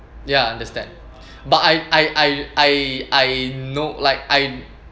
ya understand but I I I I I know like I